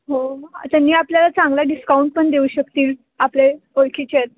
हो त्यांनी आपल्याला चांगला डिस्काउंट पण देऊ शकतील आपले ओळखीचे आहेत